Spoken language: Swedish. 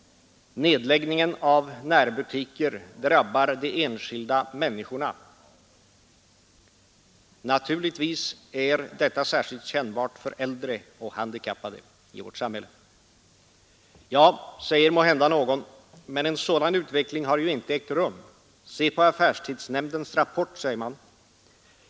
Nedläggningen av närbutiker drabbar de enskilda människorna. Naturligtvis är detta särskilt kännbart för äldre och handikappade i vårt samhälle. Ja, säger måhända någon, men en sådan utveckling har ju inte ägt rum. Se på affärstidshämndens rapport, säger man.